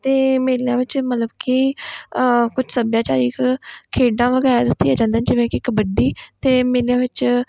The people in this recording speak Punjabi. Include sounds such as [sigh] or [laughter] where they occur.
ਅਤੇ ਮੇਲਿਆਂ ਵਿੱਚ ਮਤਲਬ ਕਿ ਕੁਛ ਸੱਭਿਆਚਾਰਿਕ ਖੇਡਾਂ ਵਗੈਰਾ [unintelligible] ਜਾਂਦਾ ਜਿਵੇਂ ਕਿ ਕਬੱਡੀ ਅਤੇ ਮੇਲਿਆਂ ਵਿੱਚ